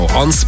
on